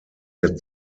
der